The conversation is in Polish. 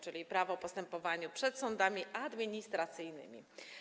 Chodzi o Prawo o postępowaniu przed sądami administracyjnymi.